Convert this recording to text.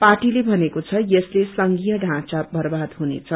पार्टीले भनेको छ यसले संघीय ढौँचा बबाद हुनेछ